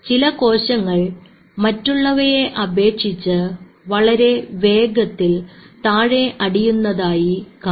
ചില കോശങ്ങൾ മറ്റുള്ളവയെ അപേക്ഷിച്ച് വളരെ വേഗത്തിൽ താഴെ അടിയുന്നതായി കാണാം